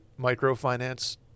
microfinance